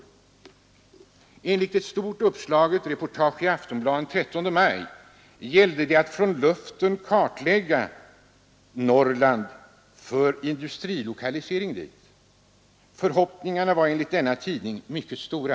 Enligt ett stort uppslaget reportage i Aftonbladet den 13 maj gällde det att från luften kartlägga Norrland för industrilokalisering dit. Förhoppningarna var enligt denna tidning mycket stora.